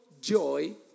joy